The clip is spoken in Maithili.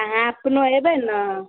अहाँ अपनो अयबै ने